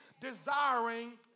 desiring